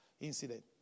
incident